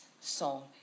song